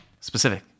specific